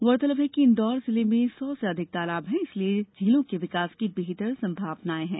गौरतलब है कि इंदौर जिले में सौ से अधिक तालाब है इसलिये झीलों के विकास की बेहतर संभावनाएं हैं